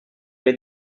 were